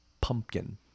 Pumpkin